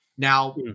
Now